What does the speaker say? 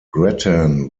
grattan